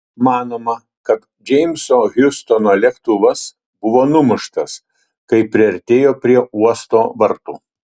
manoma kad džeimso hjustono lėktuvas buvo numuštas kai priartėjo prie uosto vartų